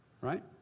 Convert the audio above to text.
right